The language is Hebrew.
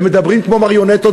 והם מדברים כמו מריונטות,